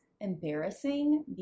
embarrassing